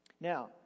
Now